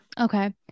Okay